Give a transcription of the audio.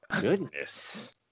Goodness